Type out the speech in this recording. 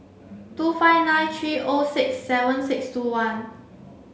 two five nine three O six seven six two one